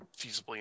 feasibly